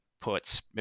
puts